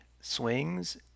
swings